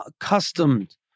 accustomed